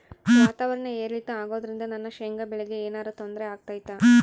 ವಾತಾವರಣ ಏರಿಳಿತ ಅಗೋದ್ರಿಂದ ನನ್ನ ಶೇಂಗಾ ಬೆಳೆಗೆ ಏನರ ತೊಂದ್ರೆ ಆಗ್ತೈತಾ?